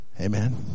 Amen